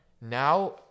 now